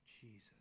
Jesus